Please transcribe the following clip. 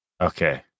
Okay